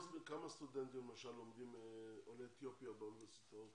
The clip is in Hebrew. כמה סטודנטים עולי אתיופיה למשל לומדים באוניברסיטאות